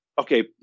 okay